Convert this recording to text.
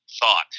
thought